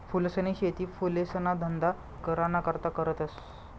फूलसनी शेती फुलेसना धंदा कराना करता करतस